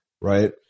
right